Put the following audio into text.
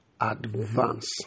Advance